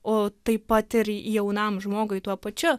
o taip pat ir jaunam žmogui tuo pačiu